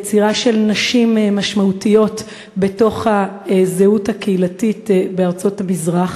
יצירה של נשים משמעותיות בתוך הזהות הקהילתית בארצות המזרח,